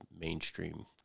mainstream